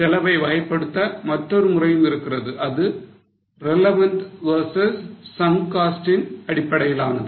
செலவை வகைப்படுத்த மற்றொரு முறையும் இருக்கிறது அது relevant cost versus sunk costs ன் அடிப்படையிலானது